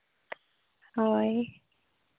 ᱦᱳᱭ